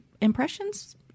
impressions